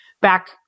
Back